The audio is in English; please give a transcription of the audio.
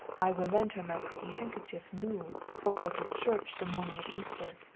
i will lend her my pretty handkerchief new, for go to church the morning of easter.